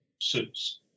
suits